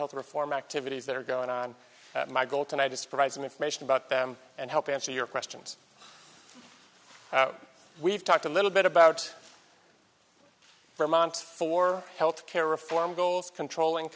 health reform activities that are going on my goal tonight is surprising information about them and help answer your questions we've talked a little bit about vermont's for health care reform goals controlling